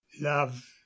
love